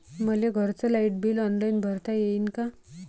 मले घरचं light bill online भरता येईन का?